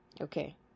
okay